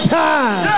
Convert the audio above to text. time